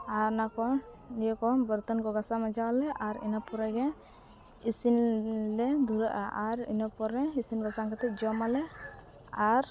ᱟᱨ ᱚᱱᱟᱠᱚ ᱤᱭᱟᱹᱠᱚ ᱵᱟᱨᱛᱚᱱᱠᱚ ᱜᱷᱟᱥᱟᱣᱼᱢᱟᱡᱟᱣᱟᱞᱮ ᱟᱨ ᱤᱱᱟᱹ ᱯᱚᱨᱮ ᱤᱥᱤᱱᱞᱮ ᱫᱷᱩᱨᱟᱹᱜᱼᱟ ᱟᱨ ᱤᱱᱟᱹ ᱯᱚᱨᱮ ᱤᱥᱤᱱᱼᱵᱟᱥᱟᱝ ᱠᱟᱛᱮᱫ ᱡᱚᱢᱟᱞᱮ ᱟᱨ